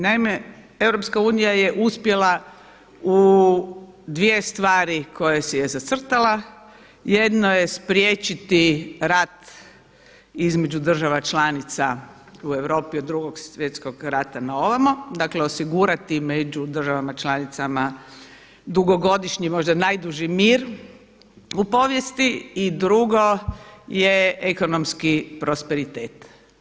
Naime, Europska Unija je uspjela u dvije stvari koje si je zacrtala, jedno je spriječiti rat između država članica u Europi od Drugog svjetskog rata na ovamo, dakle osigurati među državama članicama dugogodišnji, možda najduži mir u povijesti i drugo je ekonomski prosperitet.